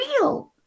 real